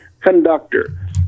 conductor